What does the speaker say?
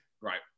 Right